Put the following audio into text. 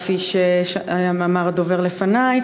כפי שאמר הדובר לפני,